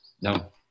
No